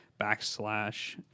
backslash